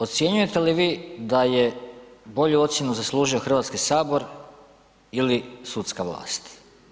Ocjenjujete li vi da je bolju ocjenu zaslužio Hrvatski sabor ili sudska vlast?